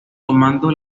tomando